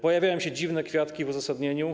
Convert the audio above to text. Pojawiają się dziwne kwiatki w uzasadnieniu.